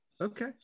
okay